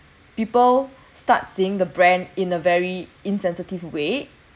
people start seeing the brand in a very insensitive way